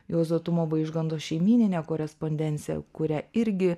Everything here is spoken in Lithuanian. juozo tumo vaižganto šeimyninė korespondencija kurią irgi